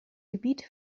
gebiet